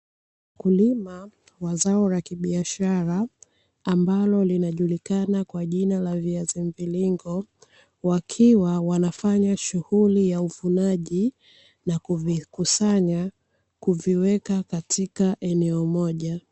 Wakulima wa zao la kibiashara ambalo linajulikana kwa jina la viazi mviringo wakiwa wanafanya shughuli ya uvunaji na kuvikusanya kuviweka katika eneo moja.